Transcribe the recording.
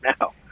now